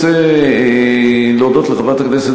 אני באמת רוצה להודות לחברת הכנסת